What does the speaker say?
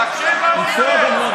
תקשיב מה הוא אומר.